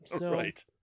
Right